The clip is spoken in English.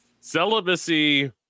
celibacy